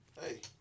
Hey